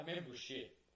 membership